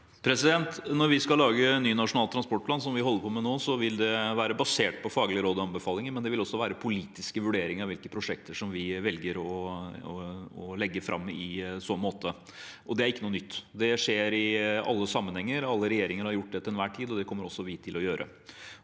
Når vi skal lage ny Nasjonal transportplan, som vi holder på med nå, vil det være basert på faglige råd og anbefalinger, men det vil også være politiske vurderinger av hvilke prosjekter som vi i så måte velger å legge fram. Det er ikke noe nytt. Det skjer i alle sammenhenger. Alle regjeringer har gjort det til enhver tid, og det kommer også vi til å gjøre.